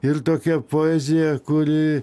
ir tokia poezija kuri